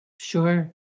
Sure